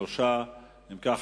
3. אם כך,